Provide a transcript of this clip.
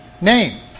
name